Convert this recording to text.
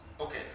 okay